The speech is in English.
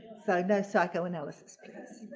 so no psychoanalysis.